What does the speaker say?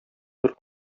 бер